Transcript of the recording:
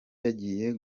yagiye